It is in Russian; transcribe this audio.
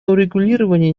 урегулирование